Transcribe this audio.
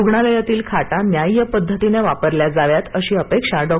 रुग्णालयातील खाटा न्याय्य पद्धतीने वापरल्या जाव्यात अशी अपेक्षा डॉ